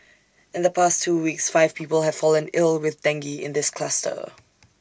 in the past two weeks five people have fallen ill with dengue in this cluster